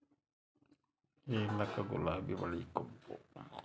ನೀಲಕ ಗುಲಾಬಿ ಬಿಳಿ ಕೋಬಾಲ್ಟ್ ನೀಲಿ ಕೆನೆ ಏಪ್ರಿಕಾಟ್ ಮತ್ತು ರಕ್ತ ಕೆಂಪು ಬಣ್ಣವಾಗಿರುತ್ತದೆ